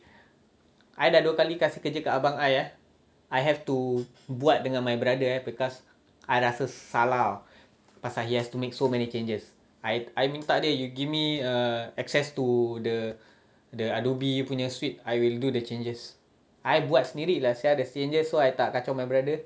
I dah dua kali kasi kerja dekat abang I eh I have to buat dengan my brother because I rasa salah pasal he has to make so many changes I I minta dia you give me a access to the the adobe punya suite I will do the changes I buat sendiri lah [sial] the changes so I tak kacau my brother